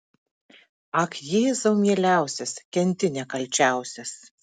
ak jėzau mieliausias kenti nekalčiausias